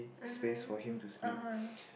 mmhmm (uh huh)